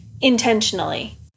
intentionally